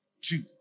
two